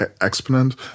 exponent